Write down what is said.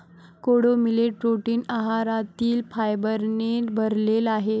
कोडो millet protein आहारातील फायबरने भरलेले आहे